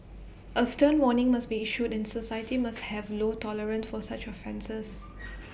A stern warning must be issued and society must have low tolerance for such offences